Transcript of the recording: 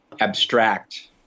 abstract